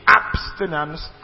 abstinence